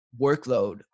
workload